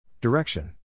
Direction